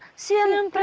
cnn but